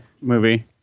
movie